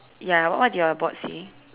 ya what what did your board say